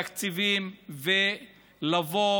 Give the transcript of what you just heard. תקציבים, ולבוא